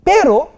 Pero